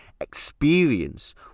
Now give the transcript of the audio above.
experience